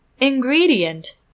Ingredient